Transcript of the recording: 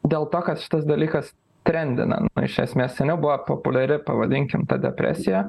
dėl to kad šitas dalykas trendina iš esmės ane buvo populiari pavadinkim ta depresija